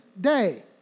day